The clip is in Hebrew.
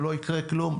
לא יקרה כלום.